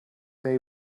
they